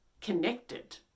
connected